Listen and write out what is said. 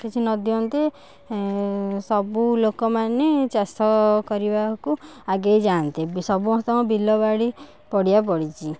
କିଛି ନ ଦିଅନ୍ତେ ସବୁ ଲୋକମାନେ ଚାଷ କରିବାକୁ ଆଗେଇ ଯାଆନ୍ତେ ସମସ୍ତଙ୍କ ବିଲ ବାଡ଼ି ପଡ଼ିଆ ପଡ଼ିଛି